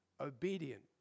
obedient